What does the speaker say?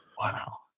Wow